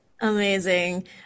Amazing